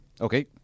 Okay